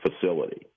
facility